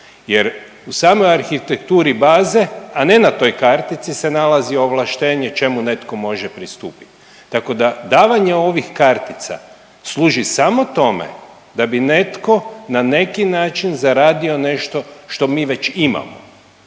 jer u samoj arhitekturi baze, a ne na toj kartici se nalazi ovlaštenje čemu netko može pristupiti. Tako da davanje ovih kartica služi samo tome da bi netko na neki način zaradio nešto što mi već imamo.